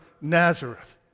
Nazareth